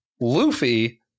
Luffy